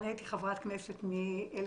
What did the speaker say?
אני הייתי חברת כנסת מ-1992,